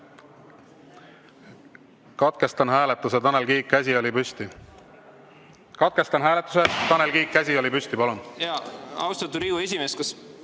Katkestan hääletuse. Tanel Kiik, käsi oli püsti. Katkestan hääletuse. Tanel Kiik, käsi oli püsti, palun! Austatud Riigikogu esimees!